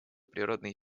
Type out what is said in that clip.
природные